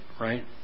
right